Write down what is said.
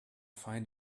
find